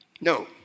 No